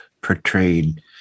portrayed